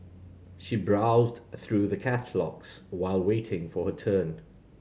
she browsed through the catalogues while waiting for her turn